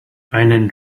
einen